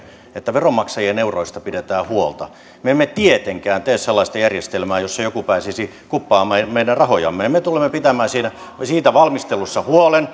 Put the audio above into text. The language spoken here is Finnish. että veronmaksajien euroista pidetään huolta me emme tietenkään tee sellaista järjestelmää jossa joku pääsisi kuppaamaan meidän rahojamme ja me tulemme pitämään siitä siitä valmistelussa huolen